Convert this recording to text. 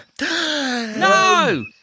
No